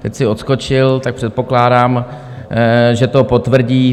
Teď si odskočil, tak předpokládám, že to potvrdí.